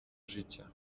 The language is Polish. życia